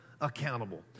accountable